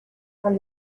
from